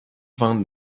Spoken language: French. vente